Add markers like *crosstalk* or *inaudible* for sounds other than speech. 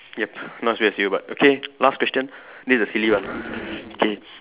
yup not as weird as you but okay last question this the silly one *breath* okay